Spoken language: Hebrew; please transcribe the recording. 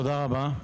תודה רבה.